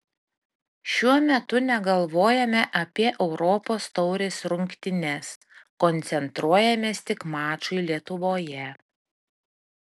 šiuo metu negalvojame apie europos taurės rungtynes koncentruojamės tik mačui lietuvoje